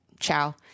Ciao